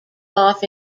off